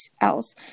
else